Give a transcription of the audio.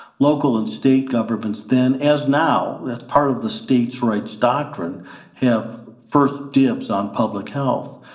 local and state governments. then, as now, that part of the state's rights doctrine have first dibs on public health.